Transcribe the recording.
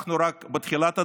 אנחנו רק בתחילת הדרך.